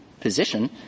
position